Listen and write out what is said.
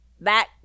back